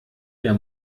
der